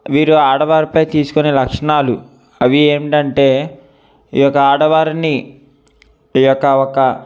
వీరు ఆడవారిపై తీసుకునే లక్షణాలు అవి ఏంటంటే ఈ యొక్క అడవారిని ఈ ఒకఒక